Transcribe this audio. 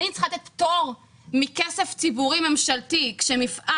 אני צריכה לתת פטור מכסף ציבורי ממשלתי כשמפעל